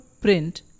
print